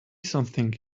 something